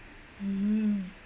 hmm